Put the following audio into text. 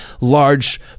large